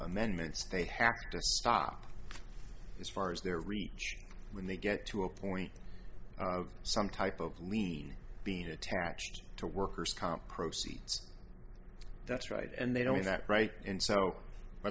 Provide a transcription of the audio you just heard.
amendments paid hack to stop as far as their reach when they get to a point of some type of lien being attached to workers comp proceeds that's right and they don't have that right and so wh